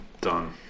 Done